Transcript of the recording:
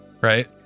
right